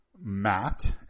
Matt